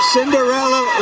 Cinderella